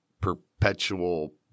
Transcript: perpetual